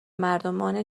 مردمان